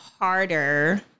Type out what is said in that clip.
Harder